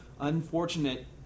unfortunate